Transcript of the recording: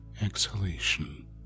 exhalation